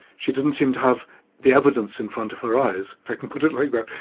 she didn't seem to have the evidence in front of her eyes if i can put it like that,